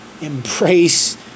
embrace